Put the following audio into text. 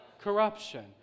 corruption